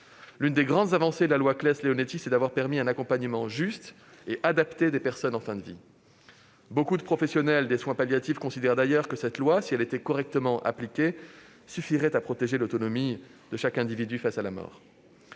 L'une des grandes avancées de la loi Claeys-Leonetti est d'avoir permis un accompagnement juste et adapté des personnes en fin de vie. Beaucoup de professionnels des soins palliatifs considèrent d'ailleurs que cette loi, si elle était correctement appliquée, suffirait à protéger l'autonomie de chaque individu face à la mort.